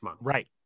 right